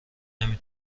نمی